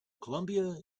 colombia